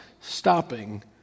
stopping